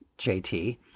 JT